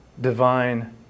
divine